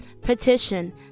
petition